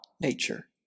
nature